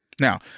Now